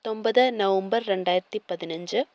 പത്തൊൻപത് നവംബർ രണ്ടായിരത്തിപതിനഞ്ച്